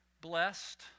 Blessed